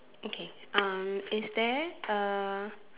okay um is there uh